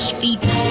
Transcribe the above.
feet